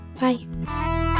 Bye